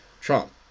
Trump